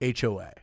HOA